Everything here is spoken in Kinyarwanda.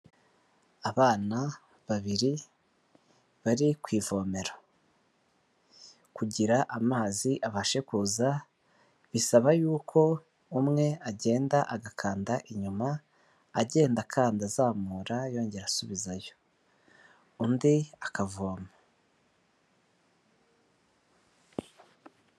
Abana babiri bari ku ivomero, kugira amazi abashe kuza bisaba y’uko umwe agenda agakanda inyuma agenda akanda azamura yongera asubizayo, undi akavoma.